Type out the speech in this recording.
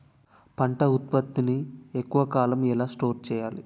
పంట ఉత్పత్తి ని ఎక్కువ కాలం ఎలా స్టోర్ చేయాలి?